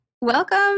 Welcome